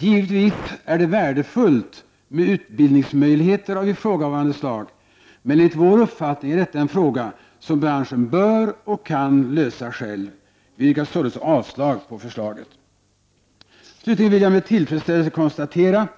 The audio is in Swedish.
Givetvis är det värdefullt med utbildningsmöjligheter av ifrågavarande slag, men enligt vår uppfattning är detta en fråga som branschen bör och kan lösa själv. Vi yrkar således avslag på förslaget. Slutligen vill jag med tillfredsställelse konstatera